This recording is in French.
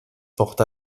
porte